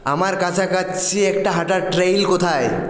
আমার কাছাকাছি একটা হাঁটার ট্রেইল কোথায়